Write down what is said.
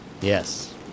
Yes